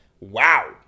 Wow